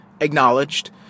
acknowledged